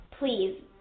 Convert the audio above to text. Please